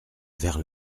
vers